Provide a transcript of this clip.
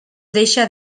deixa